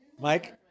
Mike